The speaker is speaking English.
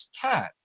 cat